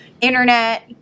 internet